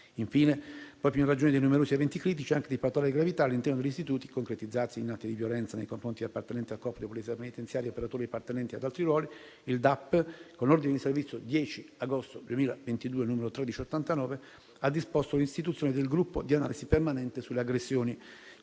Infine, proprio in ragione dei numerosi eventi critici, anche di particolare gravità, all'interno degli istituti, concretizzatisi in atti di violenza nei confronti di appartenenti al Corpo di polizia penitenziaria e operatori appartenenti ad altri ruoli, il DAP, con ordine di servizio del 10 agosto 2022, n. 1389, ha disposto l'istituzione del gruppo di analisi permanente sulle aggressioni,